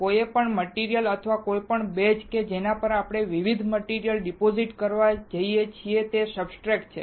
કોઈપણ મટીરીયલ અથવા કોઈપણ બેઝ કે જેના પર આપણે વિવિધ મટીરીયલ ડિપોઝિટ કરવા જઈએ છીએ તે સબસ્ટ્રેટ છે